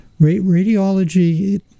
radiology